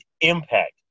impact